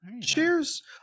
Cheers